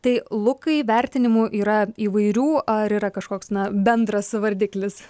tai lukai vertinimų yra įvairių ar yra kažkoks na bendras vardiklis